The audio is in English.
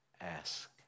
ask